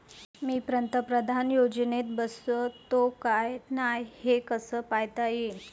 मी पंतप्रधान योजनेत बसतो का नाय, हे कस पायता येईन?